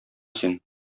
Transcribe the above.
син